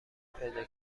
پیدا